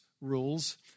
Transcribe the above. rules